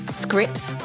scripts